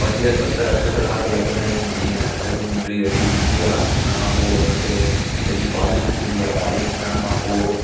पंज सत अठ कलाक लॻंदा आहिनि जीअं सॼी मुंडी रेडी थींदी आहे उन खां पोइ उन खे सॼी पॉलिश थींदी आहे पॉलिश थियण खां पोइ